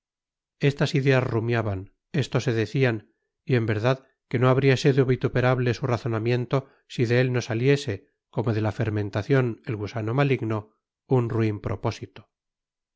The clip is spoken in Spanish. estas ideas rumiaban esto se decían y en verdad que no habría sido vituperable su razonamiento si de él no saliese como de la fermentación el gusano maligno un ruin propósito